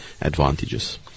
advantages